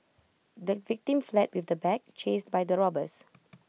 the victim fled with the bag chased by the robbers